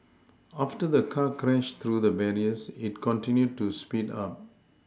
after the car crashed through the barriers it continued to speed up